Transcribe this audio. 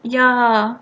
ya